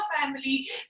family